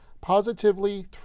positively